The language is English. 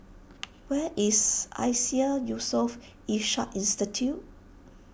where is Iseas Yusof Ishak Institute